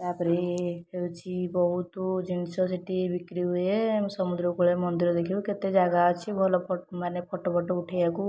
ତାପରେ ହେଉଛି ବହୁତୁ ଜିନିଷ ସେଠି ବିକ୍ରି ହୁଏ ସମୁଦ୍ରକୂଳରେ ମନ୍ଦିର ଦେଖିବୁ କେତେ ଜାଗା ଅଛି ଭଲ ଫଟୋ ମାନେ ଫଟୋଫଟୋ ଉଠେଇବାକୁ